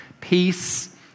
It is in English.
Peace